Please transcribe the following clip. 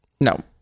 No